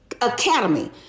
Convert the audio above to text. academy